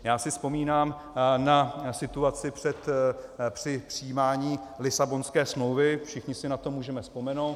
Já si vzpomínám na situaci při přijímání Lisabonské smlouvy, všichni si na to můžeme vzpomenout.